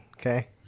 okay